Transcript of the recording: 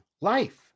life